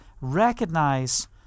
recognize